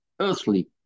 earthly